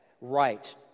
right